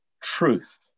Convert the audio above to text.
truth